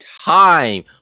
time